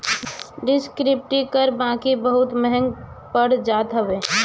descriptive कर बाकी बहुते महंग पड़ जात हवे